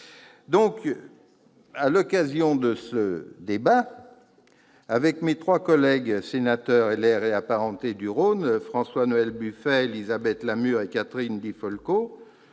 À l'occasion de ce débat, avec mes trois collègues sénateurs Les Républicains et apparentés du Rhône, François-Noël Buffet, Élisabeth Lamure et Catherine Di Folco,